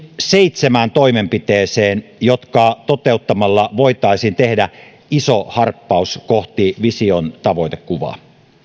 seitsemään toimenpiteeseen jotka toteuttamalla voitaisiin tehdä iso harppaus kohti vision tavoitekuvaa